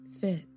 fit